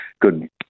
good